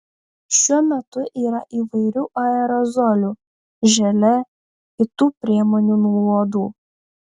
šiuo metu yra įvairių aerozolių želė kitų priemonių nuo uodų